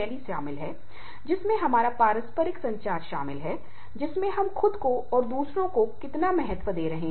इसका मतलब है कि हमारी कुछ काम मांगें हैं और साथ ही गैर काम मांगें हैं